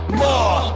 more